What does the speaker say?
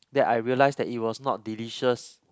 that I realise that it was not delicious